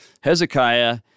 Hezekiah